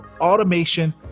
automation